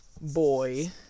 boy